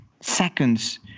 seconds